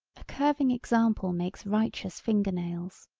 a curving example makes righteous finger-nails.